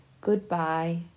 goodbye